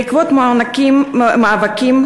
ובעקבות מאבקם,